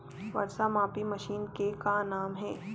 वर्षा मापी मशीन के का नाम हे?